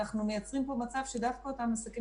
אנחנו מייצרים פה מצב שדווקא אותם עסקים